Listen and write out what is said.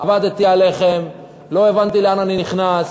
עבדתי עליכם, לא הבנתי לאן אני נכנס.